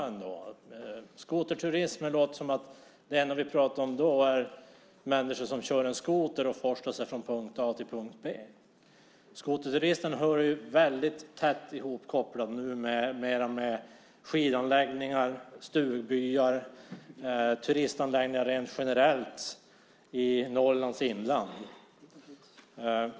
När det gäller skoterturism låter det som att det enda vi pratar om är människor som kör skoter och forslar sig från punkt A till punkt B. Skoterturismen är numera väldigt starkt kopplad till skidanläggningar, stugbyar och turistanläggningar rent generellt i Norrlands inland.